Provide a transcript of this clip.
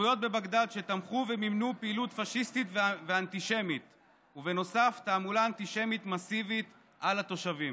זה ממש מפריע לדוברים.